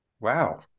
wow